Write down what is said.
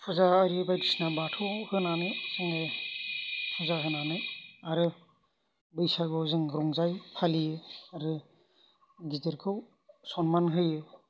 फुजा आरि बायदिसिना बाथौआव होनानै जोङो फुजा होनानै आरो बैसागुआव जों रंजायो फालियो आरो गिदिरखौ सनमान होयो